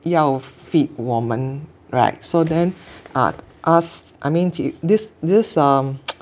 要 feed 我们 right so then uh asked I mean this this this um